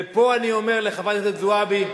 ופה אני אומר לחברת הכנסת זועבי,